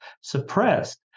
suppressed